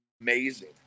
amazing